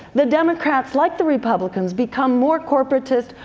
the democrats, like the republicans, become more corporatist,